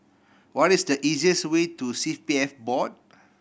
what is the easiest way to C P F Board